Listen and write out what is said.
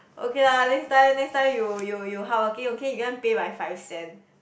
okay lah next time next time you you hardworking okay you want pay by five cent